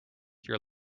your